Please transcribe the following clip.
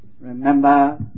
remember